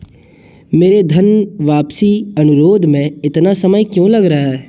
मेरे धन वापसी अनुरोध में इतना समय क्यों लग रहा है